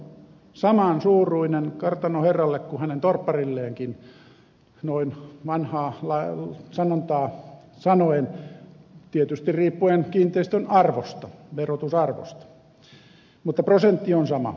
se on saman suuruinen kartanon herralle kuin hänen torpparilleenkin noin vanhaa sanontaa käyttäen tietysti riippuen kiinteistön verotusarvosta mutta prosentti on sama